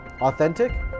authentic